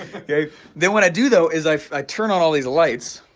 okay then what i do though is i turn on all these lights